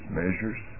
measures